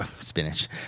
spinach